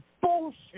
Bullshit